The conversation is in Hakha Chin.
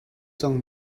cang